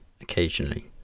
occasionally